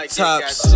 tops